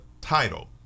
title